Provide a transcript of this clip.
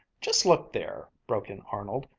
just look there! broke in arnold.